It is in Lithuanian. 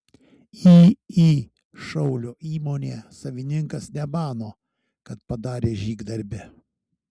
iį šaulio įmonė savininkas nemano kad padarė žygdarbį